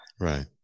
Right